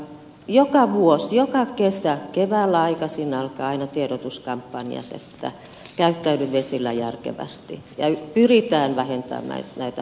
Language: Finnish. joka vuosi joka kesä keväällä aikaisin alkavat aina tiedotuskampanjat käyttäydy vesillä järkevästi ja pyritään vähentämään hukkumiskuolemia